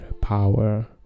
Power